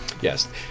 Yes